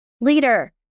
leader